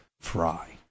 fry